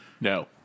No